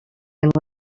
and